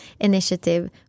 initiative